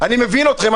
אני מבין אתכם,